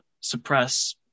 suppress